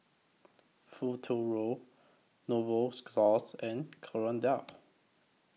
Futuro Novosource and Kordel's